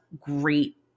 great